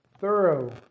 thorough